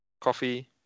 coffee